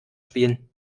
spielen